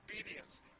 obedience